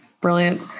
brilliant